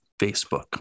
Facebook